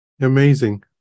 Amazing